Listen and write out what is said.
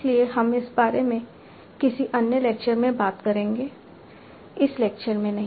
इसलिए हम इस बारे में किसी अन्य लेक्चर में बात करेंगे इस लेक्चर में नहीं